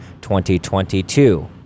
2022